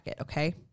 okay